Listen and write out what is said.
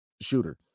shooter